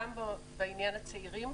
גם בעניין הצעירים.